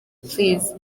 please